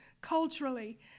culturally